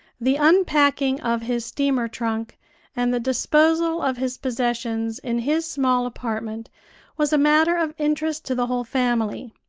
the unpacking of his steamer-trunk and the disposal of his possessions in his small apartment was a matter of interest to the whole family.